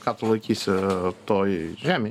ką tu laikysi toj žemėj